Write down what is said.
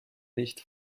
nicht